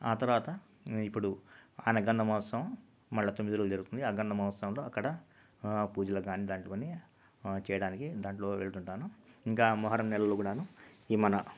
ఆ తర్వాత ఇప్పుడు ఆయన గంధమోసం మళ్ళీ తొమ్మిది రోజులు జరుగుతుంది ఆ గంధమోసంలో అక్కడ పూజలు కానీ దాటుకొని చేయడానికి దాంట్లో వెళ్తూ ఉంటాను ఇంకా మొహరం నెలలో కూడాను ఈ మన